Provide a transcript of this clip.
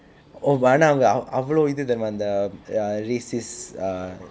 oh but ஆனா அவங்க அவ்வளவு இது தெரியுமா இந்த:aanaa avnga avvalvu ithu theriyumaa intha uh racists uh